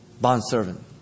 Bondservant